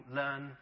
learn